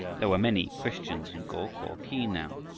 there were many christians in go-ko-khi now,